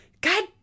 God